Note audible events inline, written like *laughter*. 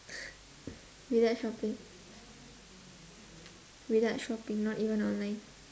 *laughs* without shopping without shopping not even online